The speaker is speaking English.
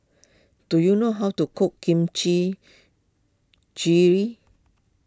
do you know how to cook Kimchi